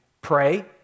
pray